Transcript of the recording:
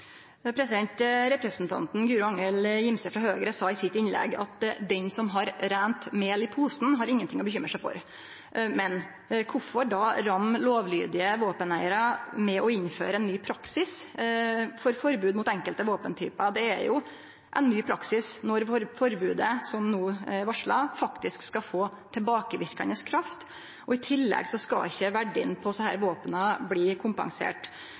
Representanten Guro Angell Gimse frå Høgre sa i sitt innlegg at ein som har reint mjøl i posen, ikkje har noko å bekymre seg for. Men kvifor ramme lovlydige våpeneigarar ved å innføre ein ny praksis for forbod mot enkelte våpentypar? Det er jo ein ny praksis når forbodet som no er varsla, faktisk skal få tilbakeverkande kraft, og i tillegg skal ikkje verdien på desse våpna bli kompensert.